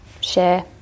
share